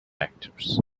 actors